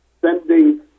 sending